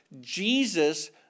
Jesus